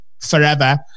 forever